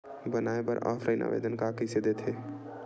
बनाये बर ऑफलाइन आवेदन का कइसे दे थे?